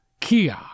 Kia